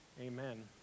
Amen